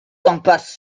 impasse